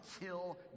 kill